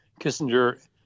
Kissinger